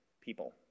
people